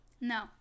No